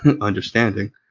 understanding